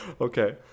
Okay